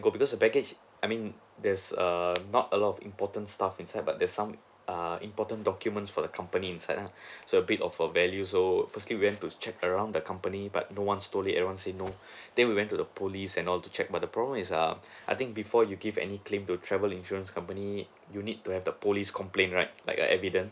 go because the baggage I mean there's um not a lot of important stuff inside but there's some err important documents for the company inside lah so a bit of a value so firstly went to check around the company but no one store it around say no then we went to the police and all to check but the problem is err I think before you give any claim to travel insurance company you need to have the police complain right like a evidence